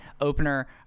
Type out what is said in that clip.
opener